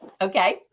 Okay